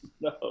no